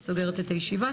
אני סוגרת את הישיבה.